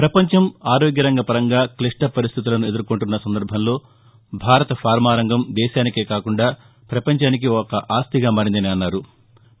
ప్రపంచం ఆరోగ్యరంగ పరంగా క్లిష్ణ పరిస్థితులను ఎదుర్కొంటున్న సందర్బంలో భారత ఫార్మారంగం దేశానికే కాకుండా ప్రపంచానికి ఒక ఆస్తిగా మారిందని అన్నారు